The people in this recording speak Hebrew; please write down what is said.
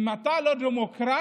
אם אתה לא דמוקרט,